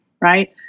right